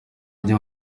byo